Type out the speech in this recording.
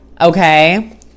Okay